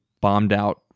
bombed-out